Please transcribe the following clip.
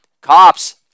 cops